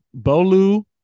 bolu